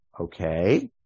okay